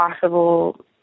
possible